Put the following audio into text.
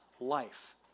life